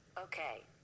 Okay